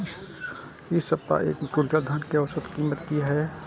इ सप्ताह एक क्विंटल धान के औसत कीमत की हय?